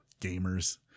Gamers